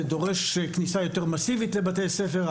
זה דורש כניסה יותר מסיבית לבתי ספר.